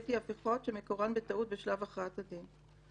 בלתי הפיכות שמקורן בטעות בשלב הכרעת הדין.